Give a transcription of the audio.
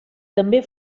també